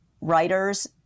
writers